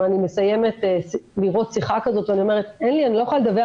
וכשאני מסיימת לראות שיחה כזאת אני אומרת 'אני לא יכולה לדווח